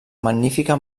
magnífica